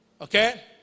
okay